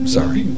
Sorry